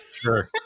Sure